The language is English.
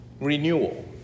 renewal